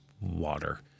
water